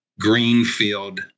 greenfield